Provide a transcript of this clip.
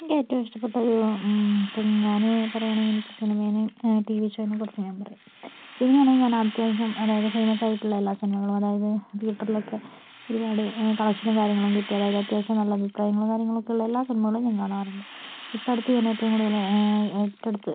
എനിക്ക് ഏറ്റവും ഇഷ്ടപ്പെട്ട ഒരു ഇപ്പോൾ ഞാൻ പറയുകയാണെങ്കിൽ എനിക്ക് സിനിമേനേ ടി വി ഷോനെ കുറിച്ചാണ് ഞാൻ പറയുക സിനിമയാണെങ്കിൽ ഞാൻ അത്യാവിശ്യം അതായത് ഫേമസ് ആയിട്ടുള്ള എല്ലാ സിനിമകളും അതായത് തിയേറ്ററിൽ ഒക്കെ ഒരുപാട് കളക്ഷനും കാര്യങ്ങളും കിട്ടിയ അതായത് അത്യാവിശ്യം നല്ല അഭിപ്രായങ്ങൾ കാര്യങ്ങളൊക്കെ ഉള്ള എല്ലാ സിനിമകളും ഞാൻ കാണാറുണ്ട് ഇപ്പോൾ അടുത്ത് ഞാൻ ഏറ്റവും കൂടുതൽ ഏറ്റെടുത്തത്